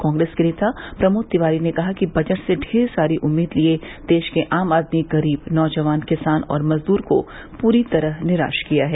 कांग्रेस के नेता प्रमोद तिवारी ने कहा है कि बजट से ढेर सारी उम्मीद लिये देश के आम आदमी गरीब नौजवान किसान और मजदूर को पूरी तरह निराश किया है